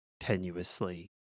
tenuously